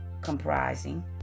comprising